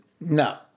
No